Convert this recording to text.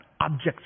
objects